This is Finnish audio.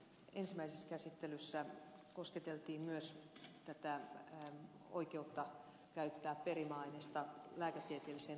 ensimmäisessä käsittelyssä kosketeltiin myös tätä oikeutta käyttää perimäainesta lääketieteelliseen tutkimukseen